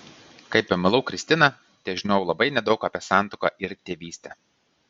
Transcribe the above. kai pamilau kristiną težinojau labai nedaug apie santuoką ir tėvystę